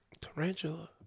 tarantula